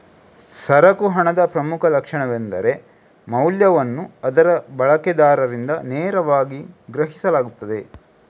ಸರಕು ಹಣದ ಪ್ರಮುಖ ಲಕ್ಷಣವೆಂದರೆ ಮೌಲ್ಯವನ್ನು ಅದರ ಬಳಕೆದಾರರಿಂದ ನೇರವಾಗಿ ಗ್ರಹಿಸಲಾಗುತ್ತದೆ